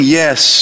yes